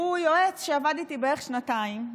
הוא יועץ שעבד איתי בערך שנתיים.